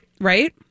Right